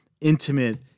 intimate